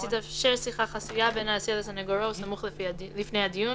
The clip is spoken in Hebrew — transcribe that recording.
" תתאפשר שיחה חסויה בין האסיר לסניגורו סמוך לפני הדיון,